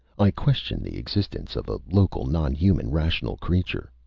i question the existence of a local, nonhuman rational creature.